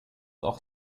auch